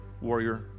warrior